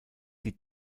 die